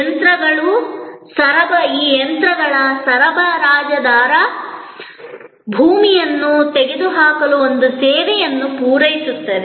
ಯಂತ್ರಗಳು ಈಗ ಯಂತ್ರಗಳ ಸರಬರಾಜುದಾರ ಭೂಮಿಯನ್ನು ತೆಗೆದುಹಾಕಲು ಒಂದು ಸೇವೆಯನ್ನು ಪೂರೈಸುತ್ತದೆ